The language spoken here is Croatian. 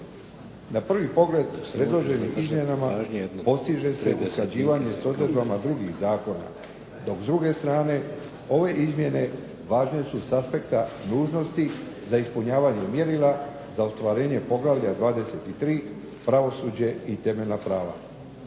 Na prvi pogled s predloženim izmjenama postiže se usklađivanje s odredbama drugih zakona, dok s druge strane ove izmjene važne su s aspekta dužnosti za ispunjavanje mjerila za ostvarenje Poglavlja 23. – Pravosuđe i temeljna prava.